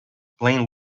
playing